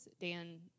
Dan